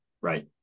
Right